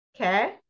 okay